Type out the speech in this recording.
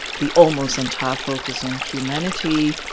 the almost entire focus on humanity,